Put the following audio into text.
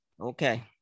Okay